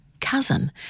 cousin